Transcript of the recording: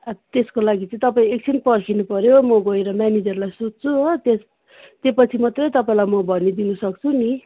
त्यसको लागि चाहिँ तपाईँ एकछिन पर्खिनुपऱ्यो म गएर म्यानेजरलाई सोध्छु हो त्यस त्योपछि मात्रै तपाईँलाई म भनिदिन सक्छु नि